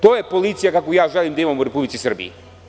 To je policija kakvu ja želim da imam u Republici Srbiji.